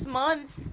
months